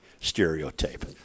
stereotype